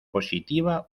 positiva